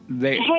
Hey